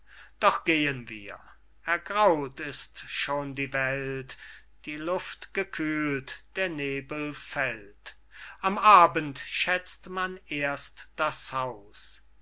doch gehen wir ergraut ist schon die welt die luft gekühlt der nebel fällt am abend schätzt man erst das haus